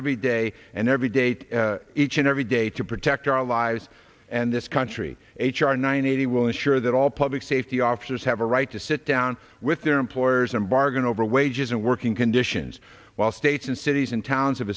every day and every day to each and every day to protect our lives and this country h r nine eighty will ensure that all public safety officers have a right to sit down with their employers and bargain over wages and working conditions while states and cities and towns